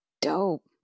Dope